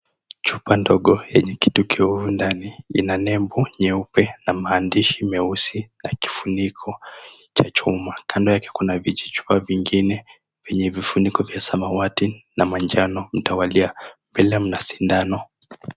Chupa ndogo yenye kitu kiovu ndani ina nembo nyeupe na maandishi meusi na kifuniko cha chuma. Kando yake kuna vijichupa vingine yenye vifuniko vya samawati na manjano mtawalia mbele mna sindano.